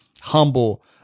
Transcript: humble